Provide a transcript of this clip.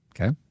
Okay